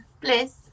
Bliss